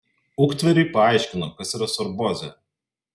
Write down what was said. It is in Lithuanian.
uktveriui paaiškino kas yra sorbozė